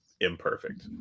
imperfect